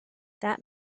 that